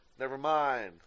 Nevermind